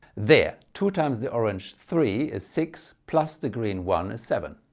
there two times the orange three is six plus the green one is seven.